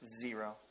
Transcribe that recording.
Zero